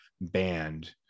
band